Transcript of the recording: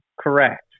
Correct